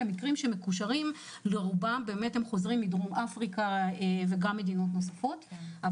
אלא מקרים שמקושרים לחוזרים מדרום אפריקה וממדינות נוספות.